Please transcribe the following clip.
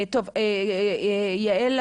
יעל,